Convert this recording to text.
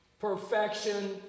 perfection